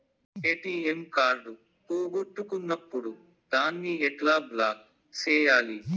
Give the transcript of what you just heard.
ATM card పోగొట్టుకున్నప్పుడు దాన్ని ఎట్లా బ్లాక్ సేయాలి